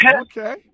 okay